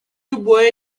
любое